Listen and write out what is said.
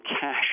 cash